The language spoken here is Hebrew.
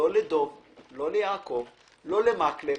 לדב, ליעקב או למקלב